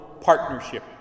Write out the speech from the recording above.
partnership